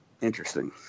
interesting